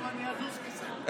טוב, אני אזוז כיסא.